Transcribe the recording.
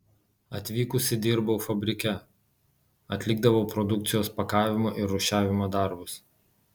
atvykusi dirbau fabrike atlikdavau produkcijos pakavimo ir rūšiavimo darbus